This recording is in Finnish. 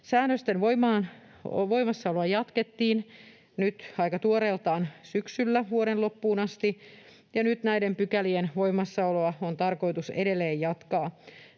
Säännösten voimassaoloa jatkettiin nyt, aika tuoreeltaan, syksyllä vuoden loppuun asti, ja nyt näiden pykälien voimassaoloa on tarkoitus edelleen jatkaa.